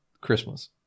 Christmas